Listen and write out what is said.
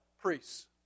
priests